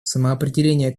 самоопределение